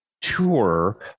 tour